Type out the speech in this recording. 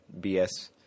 BS